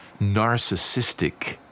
narcissistic